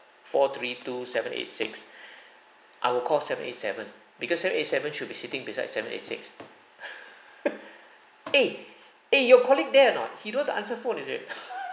four three two seven eight six I will call seven eight seven because seven eight seven should be sitting beside seven eight six eh eh your colleague there or not he don't want to answer phone is it